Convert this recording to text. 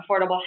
affordable